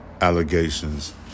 allegations